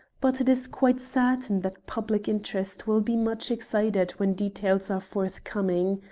but it is quite certain that public interest will be much excited when details are forthcoming.